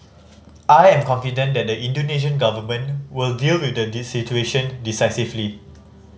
I am confident the Indonesian Government will deal with the this situation decisively